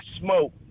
smoke